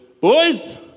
boys